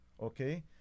okay